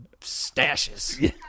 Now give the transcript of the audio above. stashes